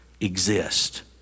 exist